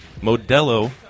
Modelo